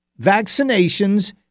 Vaccinations